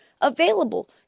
available